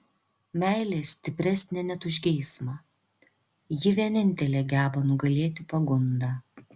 meilė stipresnė net už geismą ji vienintelė geba nugalėti pagundą